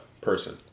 person